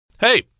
Hey